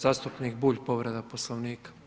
Zastupnik Bulj povreda Poslovnika.